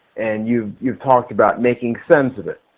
and you've you've talked about making sense of it.